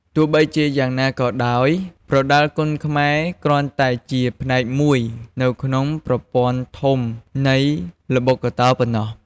ទោះជាយ៉ាងណាក៏ដោយ ប្រដាល់គុនខ្មែរគ្រាន់តែជាផ្នែកមួយនៅក្នុងប្រព័ន្ធធំនៃល្បុក្កតោប៉ុណ្ណោះ។